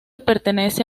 pertenece